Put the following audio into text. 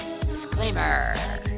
Disclaimer